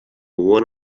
one